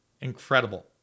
Incredible